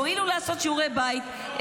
תואילו לעשות שיעורי בית.